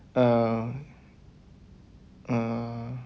um uh